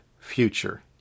future